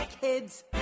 kids